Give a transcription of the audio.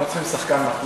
הם לא צריכים שחקן מחליף?